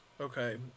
Okay